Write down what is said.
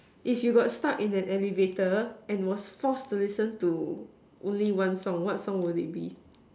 if you got stuck in an elevator and was forced to listen to only one song what song would it be